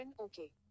okay